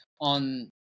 on